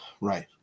Right